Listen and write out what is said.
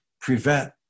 prevent